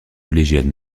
collégiale